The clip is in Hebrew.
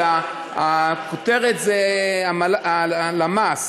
כי הכותרת זה הלמ"ס,